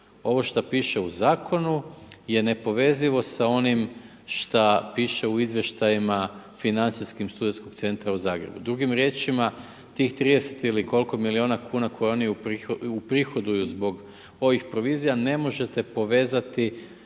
Ovo šta piše u zakonu je nepovezivo sa onim šta piše u izvještajima financijskim SC-a u Zagrebu. Drugim riječima, tih 30 ili koliko milijuna kn koje oni uprihoduju zbog ovih provizija, ne možete povezati